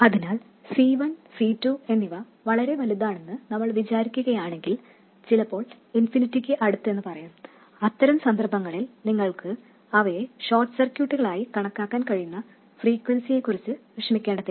അതിനാൽ C1 C2 എന്നിവ വളരെ വലുതാണെന്ന് നമ്മൾ വിചാരിക്കുകയാണെങ്കിൽ ചിലപ്പോൾ ഇൻഫിനിറ്റിക്ക് അടുത്ത് എന്നു പറയാം അത്തരം സന്ദർഭങ്ങളിൽ നിങ്ങൾക്ക് അവയെ ഷോർട്ട് സർക്യൂട്ടുകളായി കണക്കാക്കാൻ കഴിയുന്ന ഫ്രീക്വെൻസിയെക്കുറിച്ച് വിഷമിക്കേണ്ടതില്ല